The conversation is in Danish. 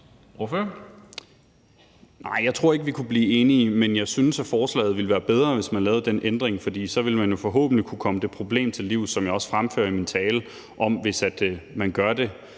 jeg tror ikke, at vi kunne blive enige. Men jeg synes, at forslaget ville være bedre, hvis man lavede den ændring, for så ville man jo forhåbentlig kunne komme det problem til livs, som jeg også fremførte i min tale, altså i forhold